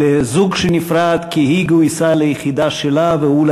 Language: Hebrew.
על זוג שנפרד כי היא גויסה ליחידה שלה והוא,